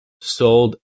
sold